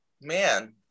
man